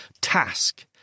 task